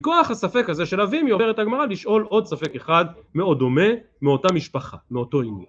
מכוח הספק הזה של אבימי עוברת הגמרא לשאול עוד ספק אחד מאוד דומה מאותה משפחה, מאותו עניין.